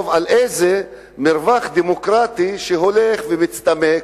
על כך שהמרווח הדמוקרטי שהולך ומצטמק,